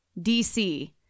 DC